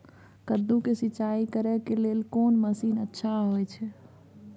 कद्दू के सिंचाई करे के लेल कोन मसीन अच्छा होय छै?